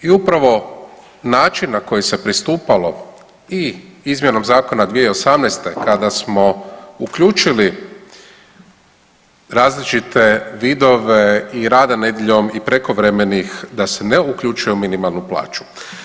I upravo način na koji se pristupalo i izmjenom zakona 2018. kada smo uključili različite vidove i rada nedjeljom i prekovremenih da se ne uključuje u minimalnu plaću.